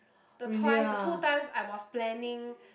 the twice the two times I was planning